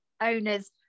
owners